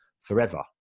forever